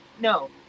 No